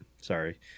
Sorry